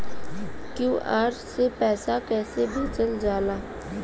QR से पैसा कैसे भेजल जाला?